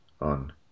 on